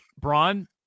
Braun